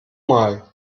mal